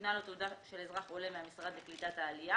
ניתנה לו תעודה של אזרח עולה מהמשרד לקליטת העלייה